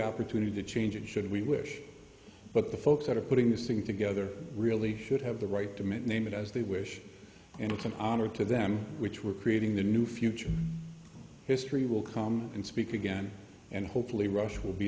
opportunity to change it should we wish but the folks that are putting this thing together really should have the right to me to name it as they wish and it's an honor to them which we're creating the new future history will come and speak again and hopefully rush will be